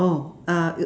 oh uh it